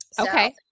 Okay